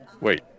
Wait